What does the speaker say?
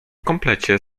komplecie